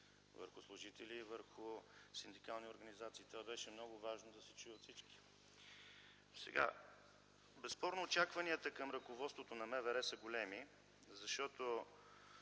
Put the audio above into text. върху служители и върху синдикални организации. Това беше много важно да се чуе от всички. Безспорно очакванията към ръководството на МВР са големи, защото